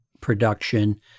production